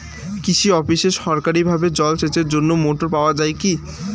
কৃষি অফিসে সরকারিভাবে জল সেচের জন্য মোটর পাওয়া যায় কি?